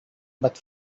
but